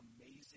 Amazing